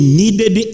needed